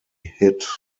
hit